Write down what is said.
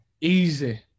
easy